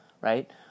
right